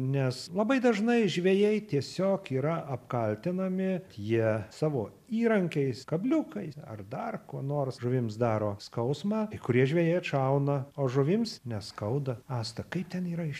nes labai dažnai žvejai tiesiog yra apkaltinami jie savo įrankiais kabliukais ar dar kuo nors žuvims daro skausmą kai kurie žvejai atšauna o žuvims neskauda asta kaip ten yra iš